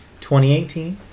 2018